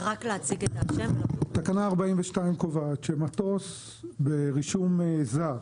תקנה 42 קובעת שמטוס ברישום זר